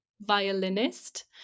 Violinist